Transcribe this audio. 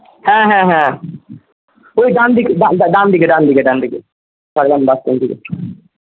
হ্যাঁ হ্যাঁ হ্যাঁ ওই ডানদিকে ডানদিকে ডানদিকে ডানদিকে